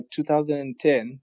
2010